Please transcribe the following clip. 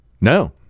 no